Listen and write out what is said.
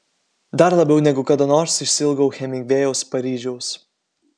dar labiau negu kada nors išsiilgau hemingvėjaus paryžiaus